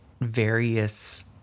various